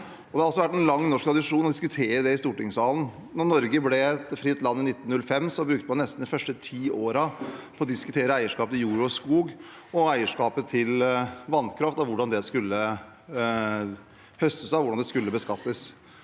Det har også vært en lang norsk tradisjon å diskutere det i stortingssalen. Da Norge ble et fritt land i 1905, brukte man nesten de første ti årene på å diskutere eierskap til jord og skog og eierskap til vannkraft, hvordan det skulle høstes av,